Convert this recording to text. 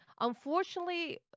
unfortunately